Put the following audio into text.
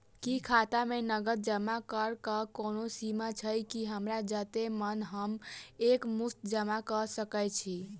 की खाता मे नगद जमा करऽ कऽ कोनो सीमा छई, की हमरा जत्ते मन हम एक मुस्त जमा कऽ सकय छी?